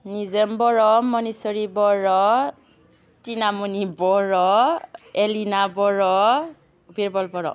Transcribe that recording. निजोम बर' मनिस्वरि बर' थिना मनि बर' एलिना बर' बिरबल बर'